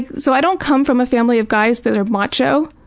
so i don't come from a family of guys that are macho.